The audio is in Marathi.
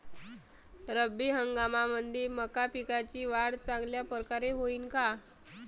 रब्बी हंगामामंदी मका पिकाची वाढ चांगल्या परकारे होईन का?